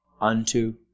unto